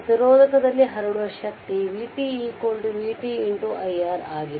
ಪ್ರತಿರೋಧಕದಲ್ಲಿ ಹರಡುವ ಶಕ್ತಿ vt vt iR ಆಗಿದೆ